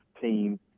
team